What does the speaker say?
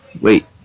Wait